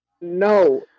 No